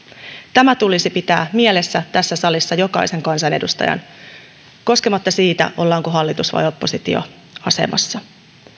tämä tulisi pitää mielessä tässä salissa jokaisen kansanedustajan riippumatta siitä ollaanko hallitus vai oppositioasemassa